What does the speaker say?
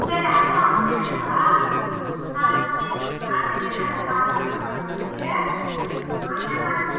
சரி அதுவும் அமிச்சி விடுங்க நான் எப்படி இருக்கு பார்த்துட்டு நான் கால் பண்ணுறேன் மேடம் உங்களுக்கு அதேமாதிரி